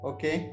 Okay